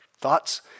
thoughts